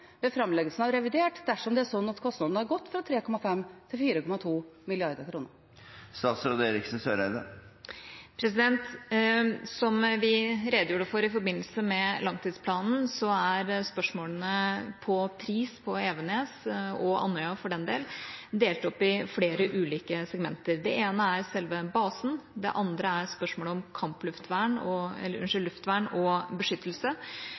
ved framleggelsen av revidert dersom det er sånn at kostnadene har gått fra 3,5 mrd. kr til 4,2 mrd. kr. Som vi redegjorde for i forbindelse med langtidsplanen, er spørsmålene om pris på Evenes, og på Andøya for den del, delt opp i flere ulike segmenter. Det ene er selve basen. Det andre er spørsmålet om luftvern og beskyttelse. Det tredje er personellkostnader, og